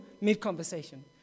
mid-conversation